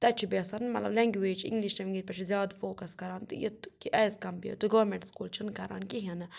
تَتہِ چھِ بیٚیہِ آسان مطلب لٮ۪نٛگویج اِنٛگلِش لٮ۪نٛگویجہِ پٮ۪ٹھٕے زیادٕ فوکَس کَران تہٕ یہِ تہٕ کہِ as compared to government school چھِنہٕ کَران کِہیٖنۍ نہٕ